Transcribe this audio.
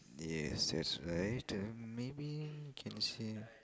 yes that's right uh maybe can say